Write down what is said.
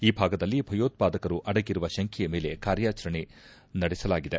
ಈ ಭಾಗದಲ್ಲಿ ಭಯೋತ್ವಾದಕರು ಅಡಗಿರುವ ತಂಕೆಯ ಮೇಲೆ ಕಾರ್ಯಾಚರಣೆ ನಡೆಸಲಾಗಿದೆ